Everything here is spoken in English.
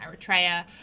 eritrea